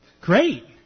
great